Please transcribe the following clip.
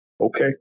Okay